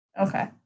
Okay